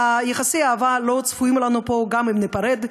יחסי אהבה לא צפויים לנו פה גם אם ניפרד,